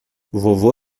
vovô